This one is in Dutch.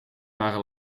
waren